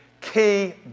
key